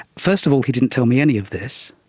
first of all, he didn't tell me any of this,